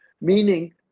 Meaning